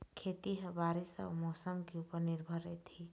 खेती ह बारीस अऊ मौसम के ऊपर निर्भर रथे